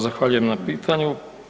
Zahvaljujem na pitanju.